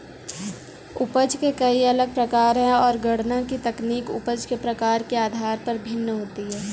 उपज के कई अलग प्रकार है, और गणना की तकनीक उपज के प्रकार के आधार पर भिन्न होती है